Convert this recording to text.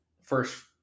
first